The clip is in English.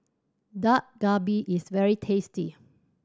Dak Galbi is very tasty